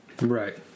Right